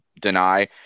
deny